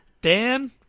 Dan